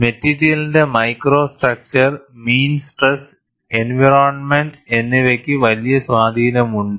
മെറ്റീരിയലിന്റെ microstructure mean stress environment എന്നിവയ്ക്ക് വലിയ സ്വാധീനമുണ്ട്